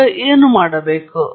ಈಗ ನಾನು ಏನು ಮಾಡಬೇಕು